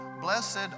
Blessed